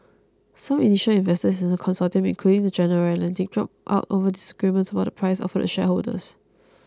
some initial investors in the consortium including General Atlantic dropped out over disagreement about the price offered to shareholders